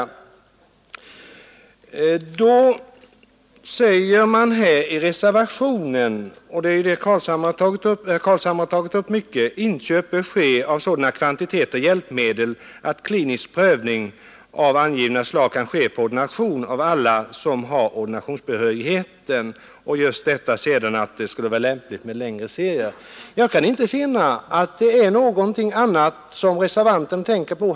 I reservationen 6 sägs — som herr Carlshamre utförligt har tagit upp — att inköp bör ske av sådana kvantiteter hjälpmedel att klinisk prövning av angivna slag kan ske på ordination av alla som har ordinationsbehörighet och att det skulle vara lämpligt med tillverkning i längre serier. Såvitt jag förstår måste det vara permobilen som reservanterna tänker på.